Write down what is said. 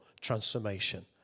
transformation